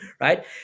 right